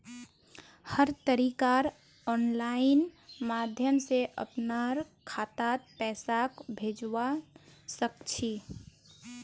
हर तरीकार आनलाइन माध्यम से अपनार खातात पैसाक भेजवा सकछी